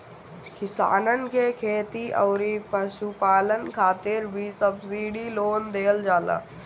किसानन के खेती अउरी पशुपालन खातिर भी सब्सिडी लोन देहल जाला